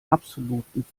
absoluten